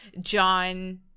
John